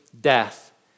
death